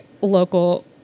local